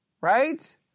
right